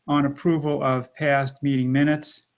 on approval of past meeting minutes.